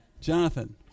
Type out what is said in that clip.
Jonathan